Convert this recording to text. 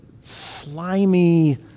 slimy